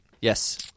Yes